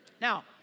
Now